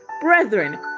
brethren